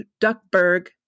Duckburg